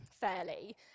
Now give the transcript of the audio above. fairly